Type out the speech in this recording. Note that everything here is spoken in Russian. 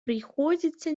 приходится